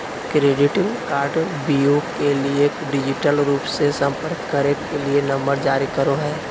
credit कार्डव्यू के लिए डिजिटल रूप से संपर्क करे के लिए नंबर जारी करो हइ